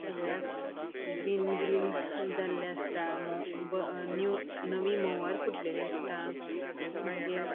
सगळ्याक green green जाल्लें आसता मो न्यू नवी मोवर फुटलेली आसता मागीर